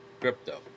crypto